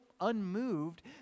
unmoved